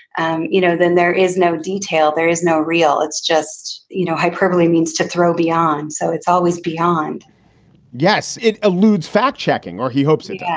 um you know then there is no detail. there is no real it's just you know hyperbole means to throw beyond. so it's always beyond yes. it eludes fact checking or he hopes it yeah